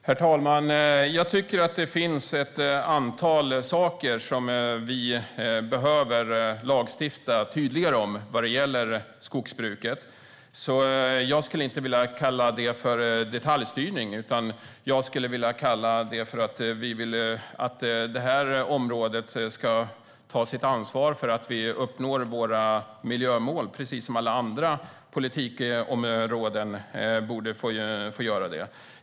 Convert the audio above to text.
Herr talman! Det finns ett antal saker som jag tycker att vi behöver lagstifta tydligare om vad gäller skogsbruket. Jag skulle inte vilja kalla det för detaljstyrning, utan jag skulle vilja kalla det för att det här området ska ta sitt ansvar för att vi uppnår våra miljömål, precis som alla andra politikområden borde göra.